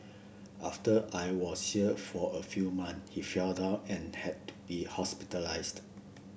after I was sheer for a few month he fell down and had to be hospitalised